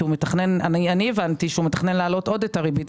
אני הבנתי שהוא מתכנן להעלות עוד את הריבית,